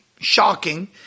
shocking